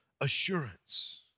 assurance